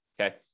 Okay